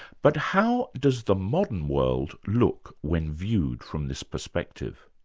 but how does the modern world look when viewed from this perspective?